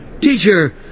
Teacher